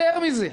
יותר מזה,